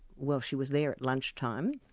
well, she was there at lunch-time,